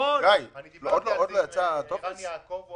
דיברתי על זה עם ערן יעקב,